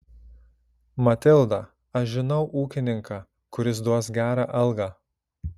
matilda aš žinau ūkininką kuris duos gerą algą